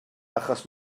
achos